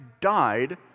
died